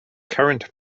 current